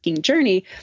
journey